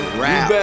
rap